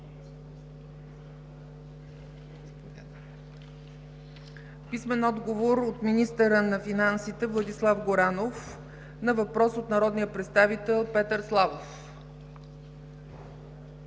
Павлов; - министъра на финансите Владислав Горанов на въпрос от народния представител Петър Славов;